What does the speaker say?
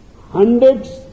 Hundreds